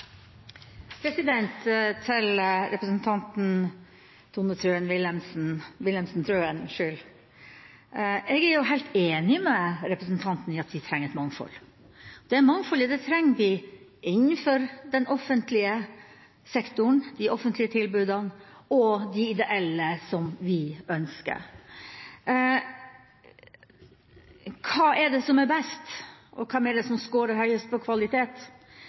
Til representanten Tone Wilhelmsen Trøen: Jeg er jo helt enig med representanten i at vi trenger et mangfold. Det mangfoldet trenger vi innenfor den offentlige sektoren, de offentlige tilbudene, og de ideelle som vi ønsker. Hva er det som er best? Og hvem er det som scorer høyest på kvalitet?